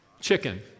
chicken